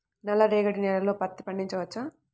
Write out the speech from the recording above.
నల్ల రేగడి నేలలో పత్తి పండించవచ్చా?